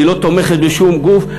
היא לא תומכת בשום גוף.